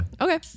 okay